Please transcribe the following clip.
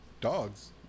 dogs